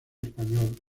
español